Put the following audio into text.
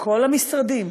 מכל המשרדים,